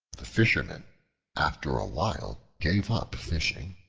the fishermen after a while gave up fishing,